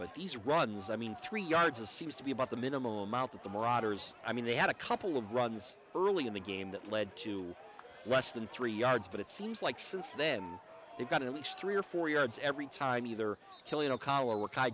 but these runs i mean three yards a seems to be about the minimal amount that the more otters i mean they had a couple of runs early in the game that led to less than three yards but it seems like since then they've gotten at least three or four yards every time either killing a collar work